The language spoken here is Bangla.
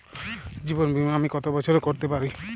জীবন বীমা আমি কতো বছরের করতে পারি?